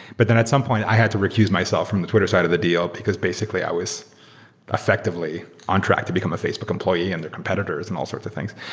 but then at some point i had to recuse myself from the twitter side of the deal because basically i was effectively on track to become a facebook employee and their competitors and all sorts of things.